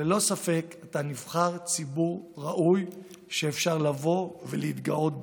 ללא ספק אתה נבחר ציבור ראוי שאפשר להתגאות בו.